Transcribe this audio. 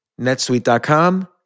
NetSuite.com